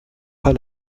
pas